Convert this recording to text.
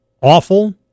awful